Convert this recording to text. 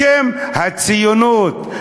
בשם הציונות,